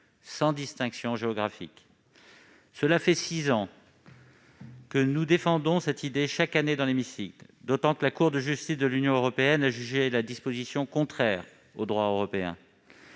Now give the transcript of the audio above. sans distinction géographique. Cela fait six ans que nous défendons cette idée chaque année dans l'hémicycle. La Cour de justice de l'Union européenne a d'ailleurs jugé cette disposition contraire au droit européen.